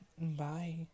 Bye